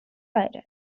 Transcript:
viral